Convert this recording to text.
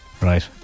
right